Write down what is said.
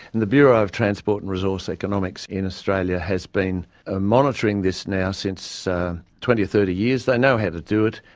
and the bureau of transport and resource economics in australia has been ah monitoring this now since twenty or thirty years, they know how to do it,